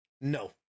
No